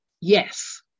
Yes